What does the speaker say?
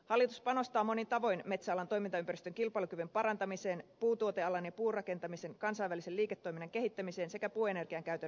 hallitus panostaa monin tavoin metsäalan toimintaympäristön kilpailukyvyn parantamiseen puutuotealan ja puurakentamisen kansainvälisen liiketoiminnan kehittämiseen sekä puuenergiankäytön lisäämiseen